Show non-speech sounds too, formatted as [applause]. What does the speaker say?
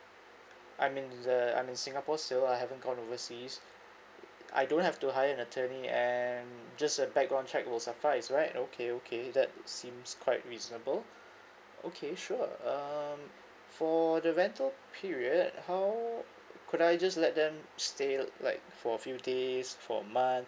I mean the I'm in singapore still I haven't gone overseas [noise] I don't have to hire an attorney and just a background check will suffice right okay okay that seems quite reasonable [breath] okay sure um for the rental period uh how could I just let them stay like for a few days for a month